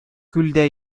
күлдә